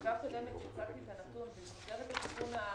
בישיבה הקודמת הצגתי את הנתון במסגרת התיקון.